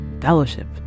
Fellowship